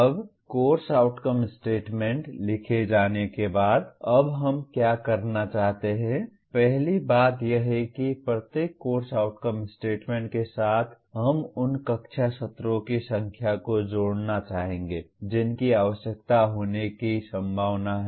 अब course outcome statement लिखे जाने के बाद अब हम क्या करना चाहते हैं पहली बात यह है कि प्रत्येक कोर्स आउटकम स्टेटमेंट के साथ हम उन कक्षा सत्रों की संख्या को जोड़ना चाहेंगे जिनकी आवश्यकता होने की संभावना है